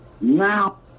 now